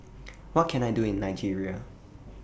What Can I Do in Nigeria